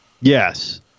Yes